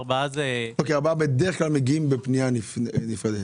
ה-4 מיליון שקל בדרך כלל מגיעים בפנייה נפרדת.